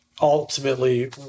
ultimately